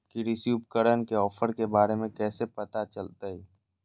कृषि उपकरण के ऑफर के बारे में कैसे पता चलतय?